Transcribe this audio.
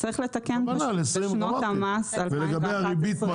ולגבי הריבית.